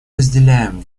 разделяем